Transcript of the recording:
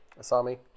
Asami